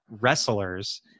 wrestlers